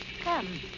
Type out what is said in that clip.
Come